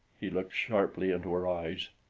he looked sharply into her eyes.